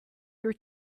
your